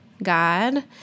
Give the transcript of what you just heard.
God